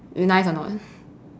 nice or not